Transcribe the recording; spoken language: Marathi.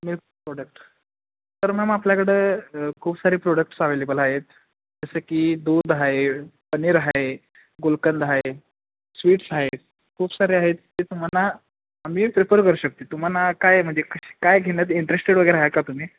मील्क प्रोडक्ट तर मॅम आपल्याकडं खूप सारे प्रोडक्टस अवेलेबल आहेत जसं की दूध आहे पनीर आहे गुलकंद आहे स्वीट्स आहे खूप सारे आहेत ते तुम्हाला आम्ही प्रिफर करू शकते तुम्हाला काय म्हणजे क काय घेण्यात इंटरेस्टेड वगैरे आहे का तुम्ही